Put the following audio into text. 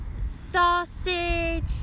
sausage